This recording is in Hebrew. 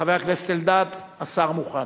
חבר הכנסת אלדד, השר מוכן.